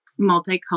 multicultural